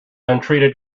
untreated